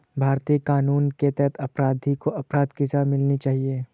भारतीय कानून के तहत अपराधी को अपराध की सजा मिलनी चाहिए